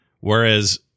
Whereas